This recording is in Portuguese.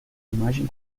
imagem